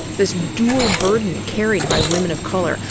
this dual burden carried by women of color.